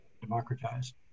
democratize